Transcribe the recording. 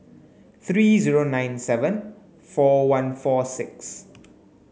three zero nine seven four one four six